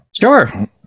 Sure